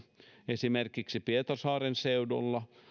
esimerkiksi pietarsaaren seudulla